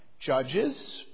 judges